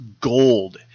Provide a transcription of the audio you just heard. gold